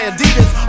Adidas